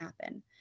happen